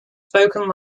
spoken